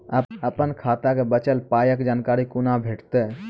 अपन खाताक बचल पायक जानकारी कूना भेटतै?